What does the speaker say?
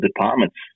departments